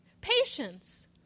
Patience